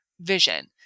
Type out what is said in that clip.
vision